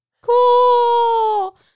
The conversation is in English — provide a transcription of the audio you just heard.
cool